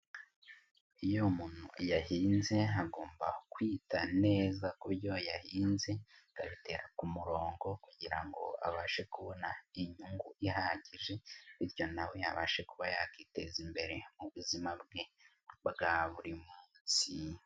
Iyo umuntu yahinze agomba kwita neza ku byo yahinze akabitera ku murongo kugira ngo abashe kubona inyungu ihagije bityo nawe yabashe kuba yakiteza imbere mu buzima bwe bwa buri munsi.